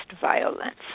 violence